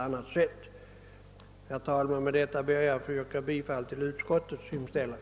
Med detta ber jag att få yrka bifall till utskottets hemställan.